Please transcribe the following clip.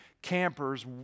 Campers